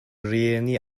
rhieni